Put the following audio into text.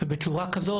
בצורה כזאת,